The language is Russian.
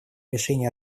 решений